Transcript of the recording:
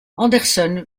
anderson